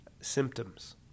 symptoms